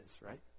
right